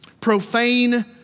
Profane